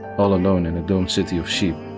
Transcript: all alone in a domed city of sheep.